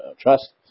trust